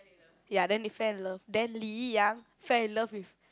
ya then they fell in love then Lin Yi Yang fell in love with